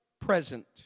present